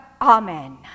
Amen